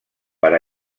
per